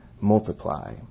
multiply